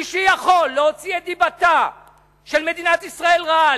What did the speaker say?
מי שיכול להוציא את דיבתה של מדינת ישראל רעה,